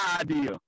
idea